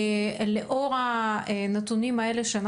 לאור הנתונים האלה,